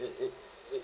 it it it